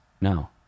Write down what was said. No